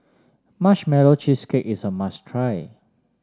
Marshmallow Cheesecake is a must try